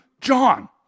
John